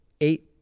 eight